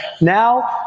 Now